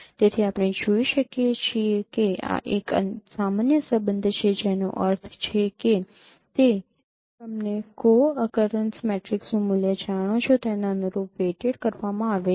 તેથી આપણે જોઈ શકીએ છીએ કે આ એક સામાન્ય સંબંધ છે જેનો અર્થ છે કે તે તમને કો અકરેન્સ મેટ્રિક્સનું મૂલ્ય જાણો છો તેના અનુરૂપ વેઈટેડ કરવામાં આવે છે